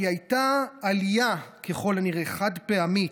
כי הייתה עלייה, ככל הנראה חד-פעמית,